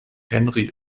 henry